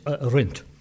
rent